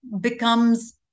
becomes